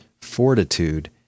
fortitude